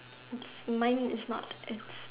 mine is not